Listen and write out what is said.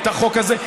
את החוק הזה?